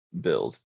build